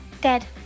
Dead